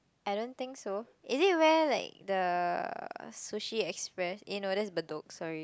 I don't think so is it where like the Sushi Express eh no that's Bedok sorry